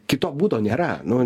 kito būdo nėra nu